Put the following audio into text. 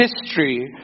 history